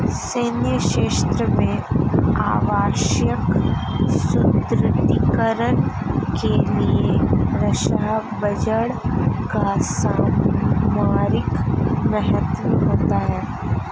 सैन्य क्षेत्र में आवश्यक सुदृढ़ीकरण के लिए रक्षा बजट का सामरिक महत्व होता है